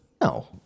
No